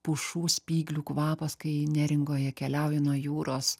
pušų spyglių kvapas kai neringoje keliauji nuo jūros